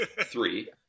three